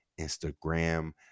Instagram